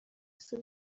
isa